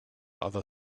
other